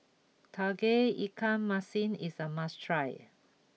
Tauge Ikan Masin is a must try